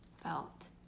felt